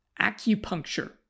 acupuncture